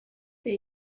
der